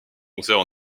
concerts